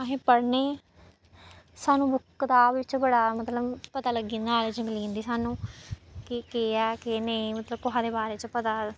असें पढ़नी सानूं बुक कताब बिच्च बड़ा मतलब पता लग्गी जंदा ऐ नालेज मिली जंदी सानूं कि केह् ऐ केह् नेईं मतलब कुसै दे बारे च पता